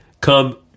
Come